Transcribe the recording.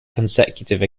consecutive